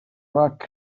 rock